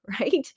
right